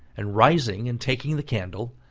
and rising and taking the candle,